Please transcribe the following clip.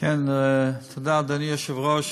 תודה, אדוני היושב-ראש.